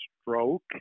stroke